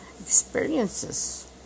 experiences